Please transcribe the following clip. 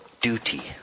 duty